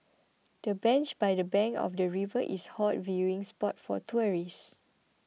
the bench by the bank of the river is hot viewing spot for tourists